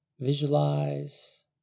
Visualize